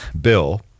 bill